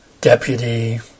deputy